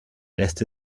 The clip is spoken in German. lässt